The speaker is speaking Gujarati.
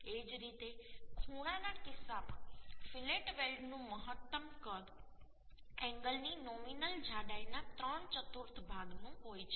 એ જ રીતે ખૂણાના કિસ્સામાં ફિલેટ વેલ્ડનું મહત્તમ કદ એંગલની નોમિનલ જાડાઈના ત્રણ ચતુર્થ ભાગનું હોય છે